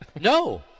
No